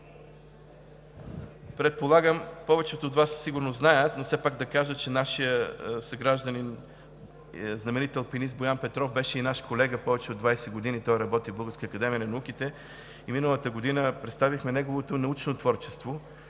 Предполагам, че повечето от Вас със сигурност знаят, но все пак да кажа, че нашият съгражданин, знаменит алпинист – Боян Петров, беше и наш колега. Повече от двадесет години той работи в Българската академия на науките и миналата година представихме неговото научно творчество,